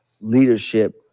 leadership